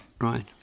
Right